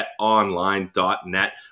betonline.net